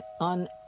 on